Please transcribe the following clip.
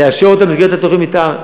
לאשר אותן במסגרת תוכנית המתאר,